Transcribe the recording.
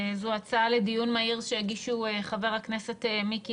הצעה לדיון מהיר שהגישו חבר הכנסת מיקי